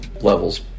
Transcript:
levels